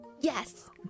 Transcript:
Yes